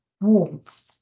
warmth